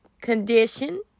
condition